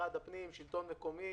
משרד הפנים, השלטון המקומי